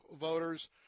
voters